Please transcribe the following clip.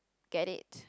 get it